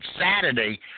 Saturday